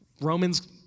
Romans